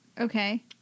Okay